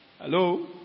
Hello